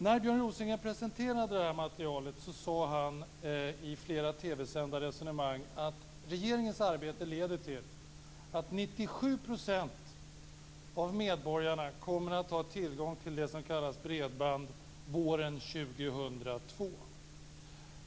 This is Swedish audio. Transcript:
När Björn Rosengren presenterade det här materialet sade han i flera TV-sända resonemang att regeringens arbete leder till att 97 % av medborgarna kommer att ha tillgång till det som kallas bredband våren 2002.